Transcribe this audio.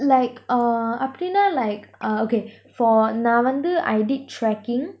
like uh அப்பிடினா apidina like uh okay for நான் வந்து:naan vanthu I did trekking